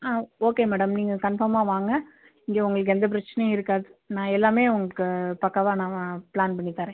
ஆ okay madam நீங்கள் கன்ஃபார்மாக வாங்கள் இங்கே உங்களுக்கு எந்த பிரச்சனையும் இருக்காது நான் எல்லாம் உங்களுக்கு பக்காவாக நான் பிளான் பண்ணி தரேன்